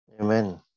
Amen